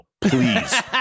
please